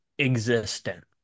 existent